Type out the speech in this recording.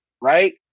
Right